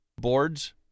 boards